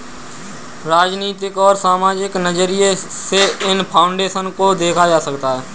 राजनीतिक और सामाजिक नज़रिये से इन फाउन्डेशन को देखा जा सकता है